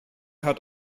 hat